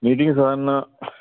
meeting സാധാരണ